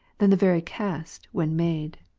than the very cast, when made.